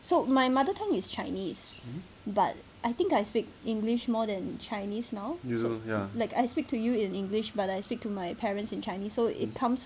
so my mother tongue is chinese but I think I speak english more than chinese now so like I speak to you in english but I speak to my parents in chinese so it comes